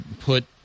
put